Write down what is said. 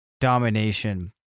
domination